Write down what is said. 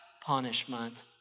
punishment